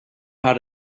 how